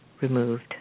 removed